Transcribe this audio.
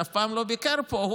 שאף פעם לא ביקר פה,